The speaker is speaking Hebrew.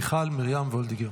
חברת הכנסת מיכל מרים וולדיגר.